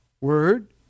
word